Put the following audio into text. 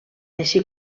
així